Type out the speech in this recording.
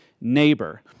neighbor